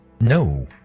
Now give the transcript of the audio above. No